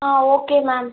ah okay ma'am